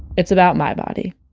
it's about my body